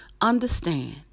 Understand